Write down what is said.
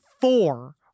four